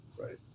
Right